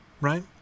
Right